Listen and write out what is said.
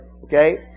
Okay